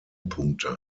punkte